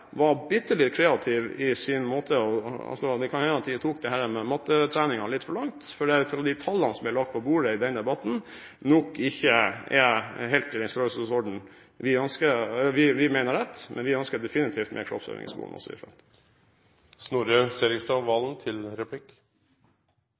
var bitte litt kreative – det kan hende at de tok dette med mattetreningen litt for langt, for de tallene som ble lagt på bordet i den debatten, var nok ikke helt i den størrelsesorden vi mener er rett. Men vi ønsker definitivt mer kroppsøving i skolen også i